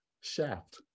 Shaft